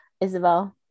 Isabel